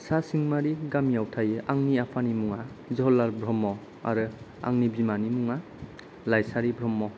सा सिङिमारि गामियाव थायो आंनि आफानि मुङा जहरलाल ब्रह्म आरो आंनि बिमानि मुङा लायसारि ब्रह्म